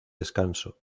descanso